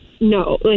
No